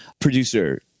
producer